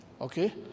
okay